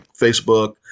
Facebook